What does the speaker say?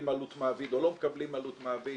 עלות מעביד או לא מקבלים עלות מעביד.